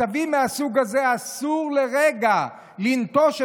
מצבים מהסוג הזה אסור לרגע לנטוש.